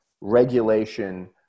regulation